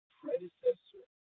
predecessor